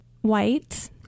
White